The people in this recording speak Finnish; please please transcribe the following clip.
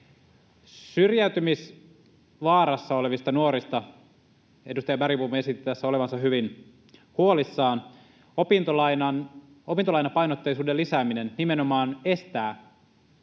Syrjäytymisvaarassa olevista nuorista edustaja Bergbom esitti tässä olevansa hyvin huolissaan. Opintolainapainotteisuuden lisääminen nimenomaan estää